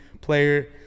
player